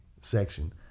section